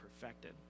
perfected